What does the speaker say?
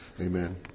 amen